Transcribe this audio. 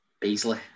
Beasley